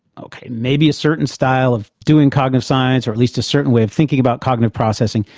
okay, maybe a certain style of doing cognitive science, or at least a certain way of thinking about cognitive processing,